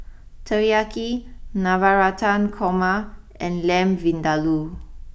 Teriyaki Navratan Korma and Lamb Vindaloo